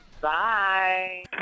Bye